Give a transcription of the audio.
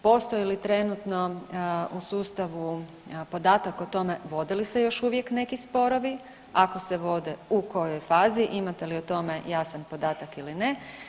Postoji li trenutno u sustavu, podatak o tome vodi li se još uvijek neki sporovi, ako se vode, u kojoj fazi, imate li o tome jasan podatak ili ne.